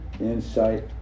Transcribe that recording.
Insight